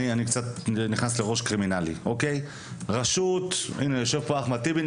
ואני קצת נכנס לראש קרימינלי יושב פה אחמד טיבי,